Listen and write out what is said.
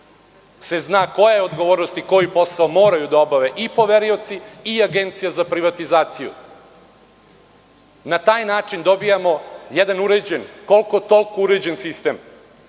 se zna koje odgovornosti, koji posao moraju da obave i poverioci i Agencija za privatizaciju. Na taj način dobijamo jedan uređen, koliko toliko uređen sistem.U